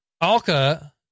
Alka